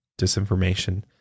disinformation